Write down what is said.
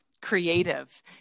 creative